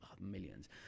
millions